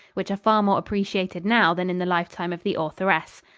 which are far more appreciated now than in the lifetime of the authoress.